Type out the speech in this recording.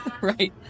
right